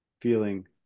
feeling